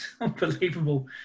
unbelievable